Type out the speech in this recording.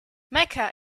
mecca